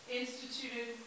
instituted